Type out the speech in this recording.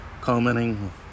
Commenting